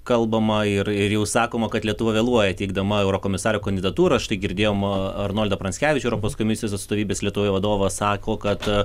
kalbama ir ir jau sakoma kad lietuva vėluoja teikdama eurokomisaro kandidatūrą štai girdėjom arnoldą pranckevičių europos komisijos atstovybės lietuvoje vadovas sako kad